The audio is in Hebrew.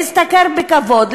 להשתכר בכבוד,